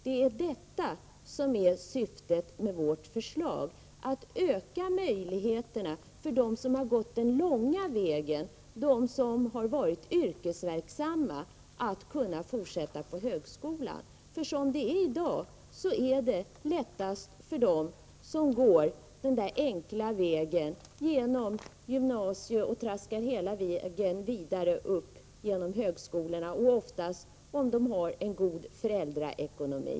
Det är detta som är syftet med vårt förslag: att öka möjligheterna för dem som har gått den långa vägen, för dem som har varit yrkesverksamma, att kunna fortsätta på högskola. Som det är i dag är det lättast för dem som går den enkla vägen genom gymnasiet och traskar vidare upp genom högskolorna. Oftast har deras föräldrar också en god ekonomi.